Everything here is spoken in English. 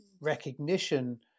recognition